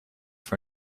for